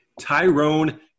Tyrone –